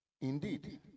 indeed